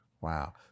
Wow